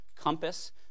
Compass